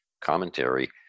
commentary